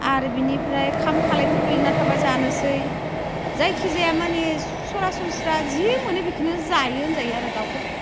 आरो बेनिफ्राय ओंखाम खालायफोर गोग्लैना थाबा जानोसै जायखि जाया माने सरासनस्रा जि मोनो बेखौनो जायो होनजायो आरो दाउफोरखौ